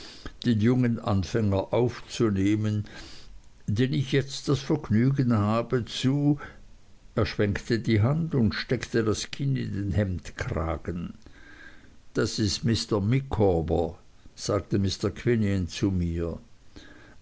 den jungen anfänger aufzunehmen den ich jetzt das vergnügen habe zu er schwenkte die hand und steckte das kinn in den hemdkragen das ist mr micawber sagte mr quinion zu mir